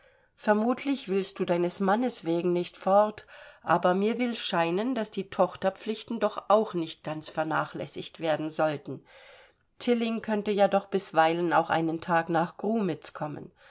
vermutlich willst du deines mannes wegen nicht fort aber mir will scheinen daß die tochterpflichten doch auch nicht ganz vernachlässigt werden sollten tilling könnte ja doch bisweilen auch einen tag nach grumitz kommen